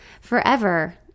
Forever